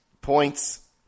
points